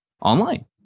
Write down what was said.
online